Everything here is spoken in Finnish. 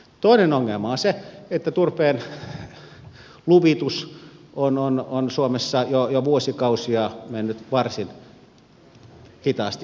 toinen ongelma on se että turpeen luvitus on suomessa jo vuosikausia mennyt varsin hitaasti eteenpäin